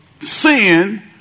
sin